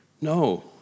No